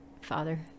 Father